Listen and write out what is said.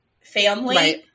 family